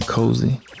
Cozy